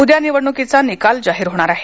उद्या निवडणुकीचा निकाल जाहीर होणार आहे